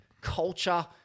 culture